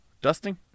Dusting